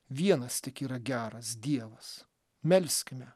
vienas tik yra geras dievas melskime